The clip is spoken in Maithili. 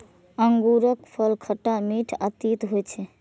अंगूरफल खट्टा, मीठ आ तीत होइ छै